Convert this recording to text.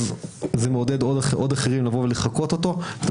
זה מעודד אחרים לבוא ולחקות אותו ואת